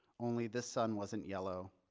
only this sun wasn't yellow.